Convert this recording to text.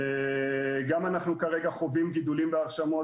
גם אנחנו כרגע חווים גידולים בהרשמות